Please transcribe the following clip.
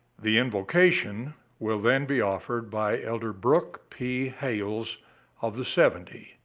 the invocation will then be offered by elder brook p. hales of the seventy,